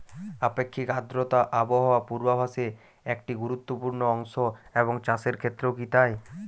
আপেক্ষিক আর্দ্রতা আবহাওয়া পূর্বভাসে একটি গুরুত্বপূর্ণ অংশ এবং চাষের ক্ষেত্রেও কি তাই?